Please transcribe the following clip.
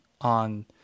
On